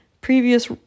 previous